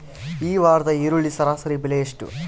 ಈ ವಾರದ ಈರುಳ್ಳಿ ಸರಾಸರಿ ಬೆಲೆ ಎಷ್ಟು?